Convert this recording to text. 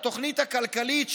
ל"תוכנית הכלכלית",